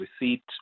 receipt